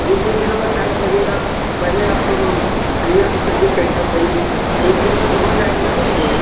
जी कुछ दिनों का टाइम लगेगा पहले आप तो वो क्लियर तो करिए कैसा चाहिए एक रूम में तो हो जाएंगे ना दोनों लोग